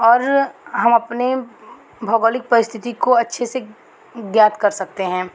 और हम अपनी भौगोलिक परिस्थिति को अच्छे से ज्ञात कर सकते हैं